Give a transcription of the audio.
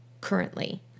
currently